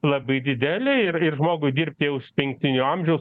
labai dideli ir ir žmogui dirbti už pensinio amžiaus